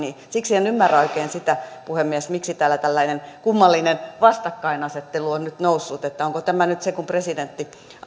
siksi en ymmärrä oikein sitä puhemies miksi täällä tällainen kummallinen vastakkainasettelu on nyt noussut onko tämä nyt se kun presidentti